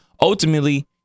ultimately